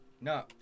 No